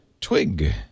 twig